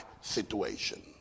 situation